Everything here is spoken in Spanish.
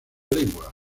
lengua